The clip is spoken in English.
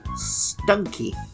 Stunky